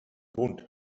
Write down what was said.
bunt